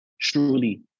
truly